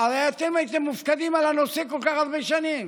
הרי אתם הייתם מופקדים על הנושא כל כך הרבה שנים.